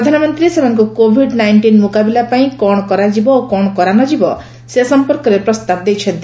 ପ୍ରଧାନମନ୍ତ୍ରୀ ସେମାନଙ୍କୁ covid nineteen ମୁକାବିଲା ପାଇଁ କ'ଣ କରାଯିବ ଓ କ'ଣ କରାନଯିବ ସେ ସମ୍ପର୍କରେ ପ୍ରସ୍ତାବ ଦେଇଛନ୍ତି